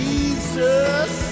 Jesus